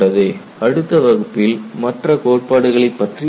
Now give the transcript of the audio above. அடுத்த வகுப்பில் மற்ற கோட்பாடுகளைப் பற்றி பார்ப்போம்